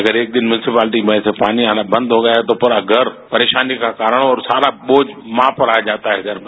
अगर एक दिन म्यूनसी प्लाटी से अगर एक दिन पानी आना बंद हो गया तो पूरा घर परेशानी का कारण और सारा बोझ मां पर आ जाता है घर में